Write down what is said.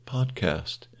Podcast